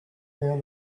down